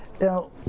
Now